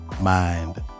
mind